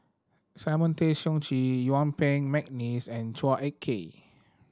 Simon Tay Seong Chee Yuen Peng McNeice and Chua Ek Kay